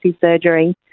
surgery